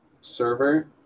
server